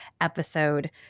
episode